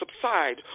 subside